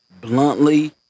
bluntly